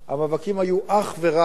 המאבקים היו אך ורק